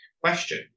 Question